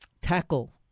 tackle